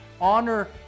Honor